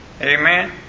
Amen